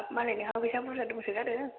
बाब मालाय नोंहा फैसा बुरजा दंसो गारो